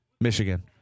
Michigan